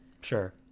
Sure